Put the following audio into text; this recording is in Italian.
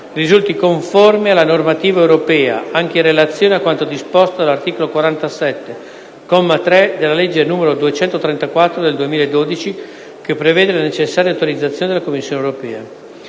risulti conforme alla normativa europea, anche in relazione a quanto disposto dall’articolo 47, comma 3, della legge n. 234 del 2012, che prevede la necessaria autorizzazione della Commissione europea;